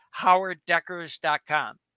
howarddeckers.com